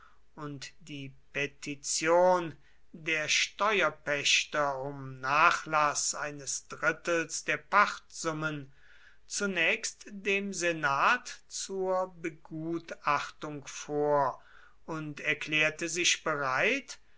und die petition der steuerpächter um nachlaß eines drittels der pachtsummen zunächst dem senat zur begutachtung vor und erklärte sich bereit